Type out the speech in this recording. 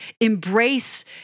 embrace